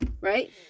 right